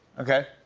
okay.